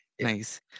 Nice